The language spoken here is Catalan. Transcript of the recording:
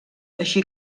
així